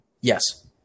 yes